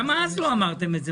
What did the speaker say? למה אז לא אמרתם את זה?